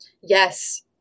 Yes